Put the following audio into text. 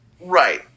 Right